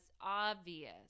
obvious